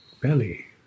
belly